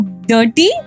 dirty